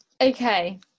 Okay